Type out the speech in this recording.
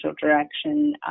direction